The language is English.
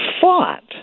fought